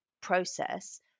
process